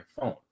phone